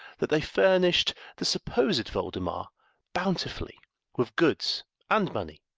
that they furnished the supposed voldemar bountifully with goods and money,